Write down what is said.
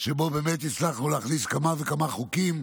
שבו באמת הצלחנו להכניס כמה וכמה חוקים,